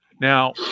Now